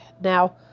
Now